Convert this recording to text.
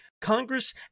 Congress